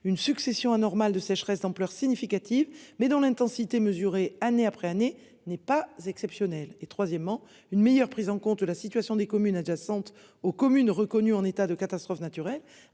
une succession anormal de sécheresse d'ampleur significative mais dans l'intensité mesurée, année après année n'est pas exceptionnel. Et troisièmement, une meilleure prise en compte la situation des communes adjacentes aux communes reconnues en état de catastrophe naturelle